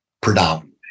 predominantly